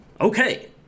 Okay